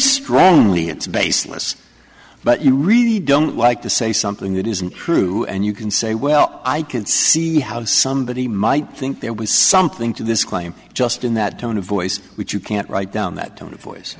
strongly it's baseless but you really don't like to say something that isn't true and you can say well i can see how somebody might think there was something to this claim just in that tone of voice which you can't write down that tone of voice